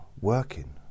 working